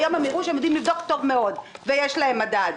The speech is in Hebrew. היום הם הראו שהם יודעים לבדוק טוב מאוד ויש להם מדד.